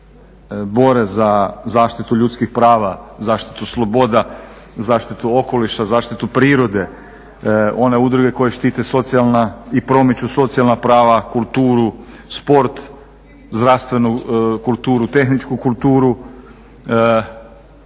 bore za zaštitu ljudskih prava, zaštitu sloboda, zaštitu okoliša, zaštitu prirode, one udruge koje štite socijalna i promiču socijalna prava, kulturu, sport, zdravstvenu kulturu, tehničku kulturu nad njih